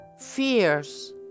Fears